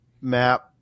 map